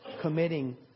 committing